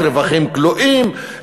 רווחים כלואים,